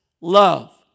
love